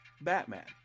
Batman